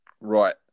Right